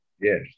Yes